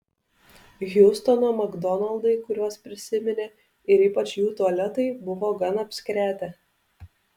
hjustono makdonaldai kuriuos prisiminė ir ypač jų tualetai buvo gan apskretę